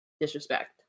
Disrespect